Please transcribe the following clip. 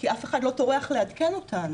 כי אף אחד לא טורח לעדכן אותנו.